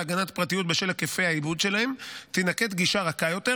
הגנת הפרטיות בשל היקפי העיבוד שלהם תינקט גישה רכה יותר,